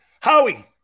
Howie